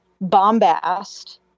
bombast